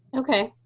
ok,